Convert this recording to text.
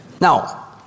Now